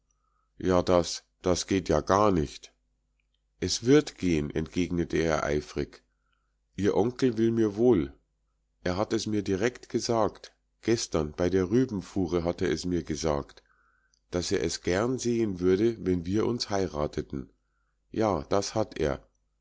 ja das das geht ja gar nicht es wird gehen entgegnete er eifrig ihr onkel will mir wohl er hat es mir direkt gesagt gestern bei der rübenfuhre hat er es mir gesagt daß er es gern sehen würde wenn wir uns heirateten ja das hat er